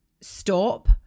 stop